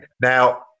Now